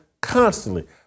constantly